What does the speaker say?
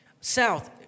south